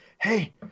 hey